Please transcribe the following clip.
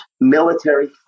military